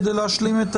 כדי להשלים את